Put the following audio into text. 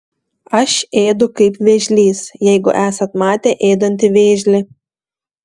aš ėdu kaip vėžlys jeigu esat matę ėdantį vėžlį